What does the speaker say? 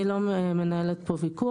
אני לא מנהלת פה ויכוח.